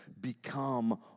become